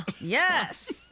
Yes